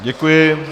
Děkuji.